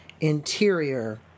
interior